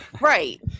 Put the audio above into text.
right